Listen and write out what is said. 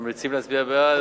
אנחנו ממליצים להצביע בעד,